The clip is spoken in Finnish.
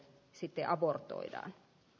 sitte abortoiaa